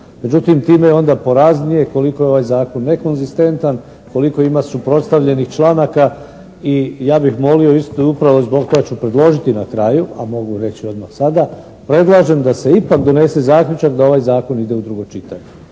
Međutim, time je onda poraznije koliko je ovaj zakon nekonzistentan, koliko ima suprotstavljenih članaka i ja bih molio isto i upravo zbog toga ću predložiti na kraju, a mogu reći i odmah sada predlažem da se ipak donese zaključak da ovaj zakon ide u drugo čitanje